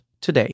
today